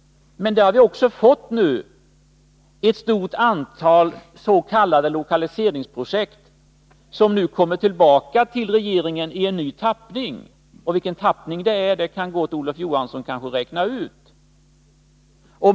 Men nu har vi också fått ett stort antal s.k. lokaliseringsprojekt som kommer tillbaka till regeringen i en ny tappning. Vilken tappning det är fråga om kan nog Olof Johansson räkna ut.